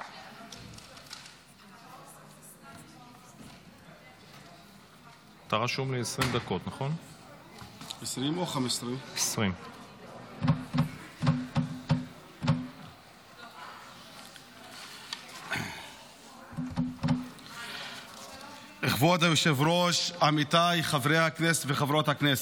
20. כבוד היושב-ראש, עמיתיי חברי וחברות הכנסת,